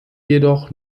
jedoch